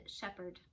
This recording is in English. shepherd